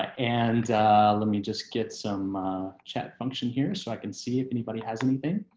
and let me just get some chat function here so i can see if anybody has anything.